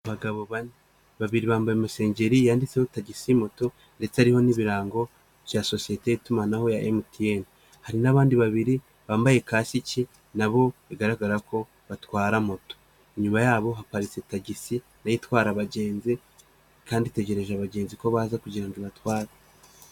Abagabo bane, babiri bambaye amasengeri yanditseho tagisi moto ndetse hariho n'ibirango bya sosiyete y'itumanaho ya MTN, hari n'abandi babiri bambaye kasiki na bo bigaragara ko batwara moto, inyuma yabo haparitse tagisi nayo itwara abagenzi kandi itegereje abagenzi ko baza kugira ngo ibatware.